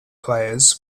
players